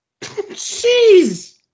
Jeez